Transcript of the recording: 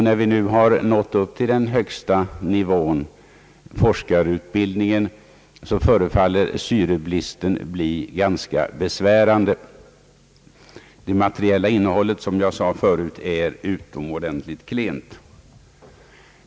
När vi nu har nått upp till den högsta nivån — forskarutbildningen — förefaller syrebristen ha blivit ganska besvärande. Det materiella innehållet är, som jag sade förut, utomordentligt klent.